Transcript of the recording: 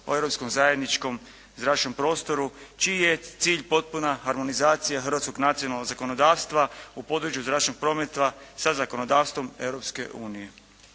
o europskom zajedničkom zračnom prostoru čiji je cilj potpuna harmonizacija hrvatskog nacionalnog zakonodavstva u području zračnog prometa sa zakonodavstvom Europske unije.